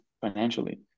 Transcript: financially